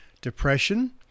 depression